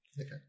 Okay